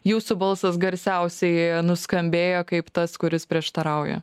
jūsų balsas garsiausiai nuskambėjo kaip tas kuris prieštarauja